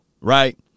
Right